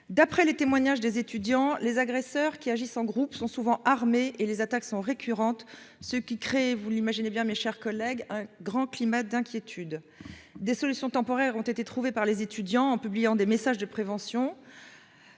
D'après les témoignages des étudiants, les agresseurs, qui agissent en groupe, sont souvent armés. Les attaques sont récurrentes, ce qui crée- vous l'imaginez bien, mes chers collègues -un grand climat d'inquiétude. Des solutions temporaires ont été trouvées par les étudiants ; ainsi, dès qu'un incident